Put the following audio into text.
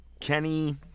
Kenny